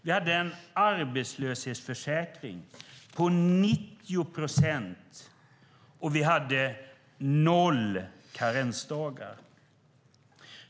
Vi hade en arbetslöshetsförsäkring på 90 procent, och vi hade noll karensdagar.